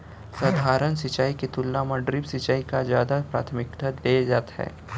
सधारन सिंचाई के तुलना मा ड्रिप सिंचाई का जादा प्राथमिकता दे जाथे